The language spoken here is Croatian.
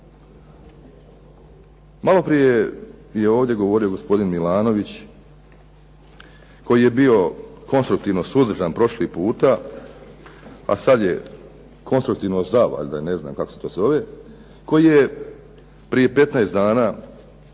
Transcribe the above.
Maloprije je ovdje govorio gospodin Milanović koji je bio konstruktivno suzdržan prošli puta, a sad je konstruktivno za valjda, ne znam kako se to zove, koji je prije 15 dana kada